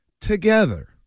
together